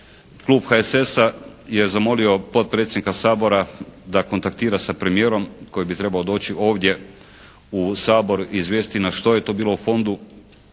klub HSS-a je zamolio potpredsjednika Sabora da kontaktira sa premijerom koji bi trebao doći ovdje u Sabor i izvijestiti nas što je to bilo u Fondu,